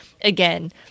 again